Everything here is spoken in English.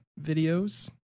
videos